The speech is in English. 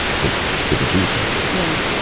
to pick and choose from. yeah.